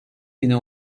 bine